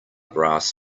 brass